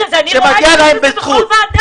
שמגיע להם בזכות.